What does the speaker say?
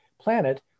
planet